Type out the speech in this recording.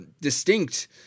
distinct